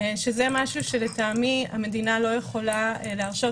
שזה משהו שלטעמי המדינה לא יכולה להרשות